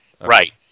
right